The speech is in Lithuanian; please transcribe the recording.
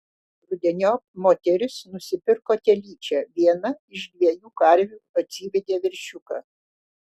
rudeniop moteris nusipirko telyčią viena iš dviejų karvių atsivedė veršiuką